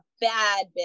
bad